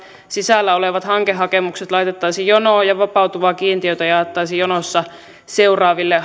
sisällä olevat hankehakemukset laitettaisiin jonoon ja vapautuvaa kiintiötä jaettaisiin seuraaville